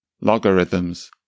logarithms